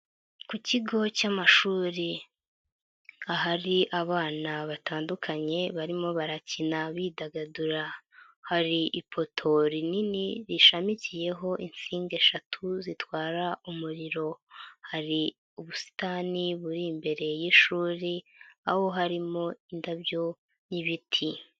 Ku kigo cy'amashuri ahari abana batandukanye barimo barakina bidagadura, hari ipoto rinini rishamikiyeho insinga eshatu zitwara umuriro, hari ubusitani buri imbere y'ishuri aho harimo indabyo n'ibiti.